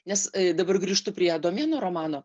nes dabar grįžtu prie adomėno romano